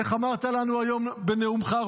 איך אמרת לנו היום בנאומך,